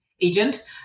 agent